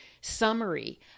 summary